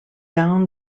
down